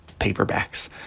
paperbacks